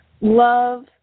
Love